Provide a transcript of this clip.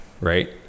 right